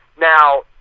Now